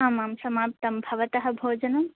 आमाम् समाप्तं भवतः भोजनम्